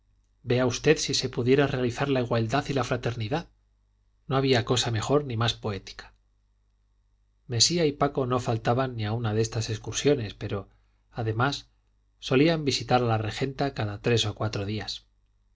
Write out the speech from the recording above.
vea usted si se pudieran realizar la igualdad y la fraternidad no había cosa mejor ni más poética mesía y paco no faltaban ni a una de estas excursiones pero además solían visitar a la regenta cada tres o cuatro días